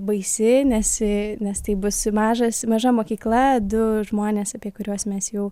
baisi nes nes taip būs mažas maža mokykla du žmonės apie kuriuos mes jau